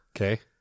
Okay